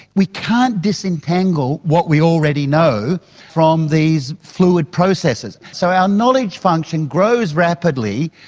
we can't disentangle what we already know from these fluid processes. so our knowledge function grows rapidly,